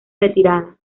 retirada